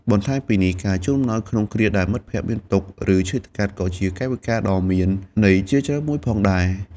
បន្ថែមពីនេះ ការជូនអំណោយក្នុងគ្រាដែលមិត្តភក្តិមានទុក្ខ ឬឈឺថ្កាត់ ក៏ជាកាយវិការដ៏មានន័យជ្រាលជ្រៅមួយផងដែរ។